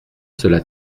cela